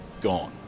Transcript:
gone